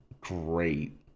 Great